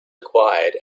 acquired